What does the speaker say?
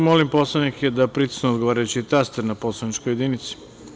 Molim poslanike da pritisnu odgovarajući taster na poslaničkoj jedinici.